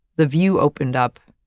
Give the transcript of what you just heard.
the view opened up,